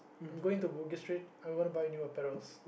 I'm going to Bugis-Street I'm going to buy new apparels